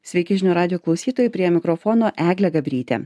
sveiki žinių radijo klausytojai prie mikrofono eglė gabrytė